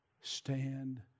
stand